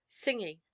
singing